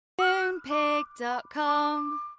Moonpig.com